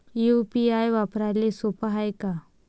UPI वापराले सोप हाय का?